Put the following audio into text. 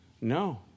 No